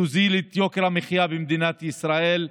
תוריד את יוקר המחיה במדינת ישראל,